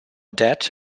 debt